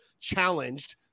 challenged